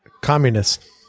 Communist